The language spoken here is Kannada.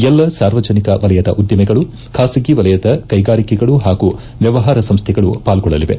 ಎಲ್ಲ ಸಾರ್ವಜನಿಕ ವಲಯದ ಉದ್ದಿಮೆಗಳು ಖಾಸಗಿ ವಲಯದ ಕೈಗಾರಿಕೆಗಳು ಹಾಗೂ ವ್ಯವಹಾರ ಸಂಸ್ಥೆಗಳು ಪಾಲ್ಗೊಳ್ಳಲಿವೆ